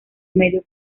medio